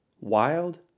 Wild